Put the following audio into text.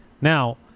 Now